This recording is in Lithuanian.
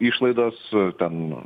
išlaidos ten